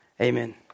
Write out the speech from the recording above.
amen